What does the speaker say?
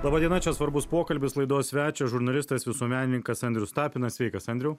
laba diena čia svarbus pokalbis laidos svečias žurnalistas visuomenininkas andrius tapinas sveikas andriau